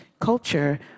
culture